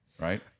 right